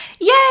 yay